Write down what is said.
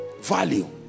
Value